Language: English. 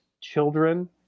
children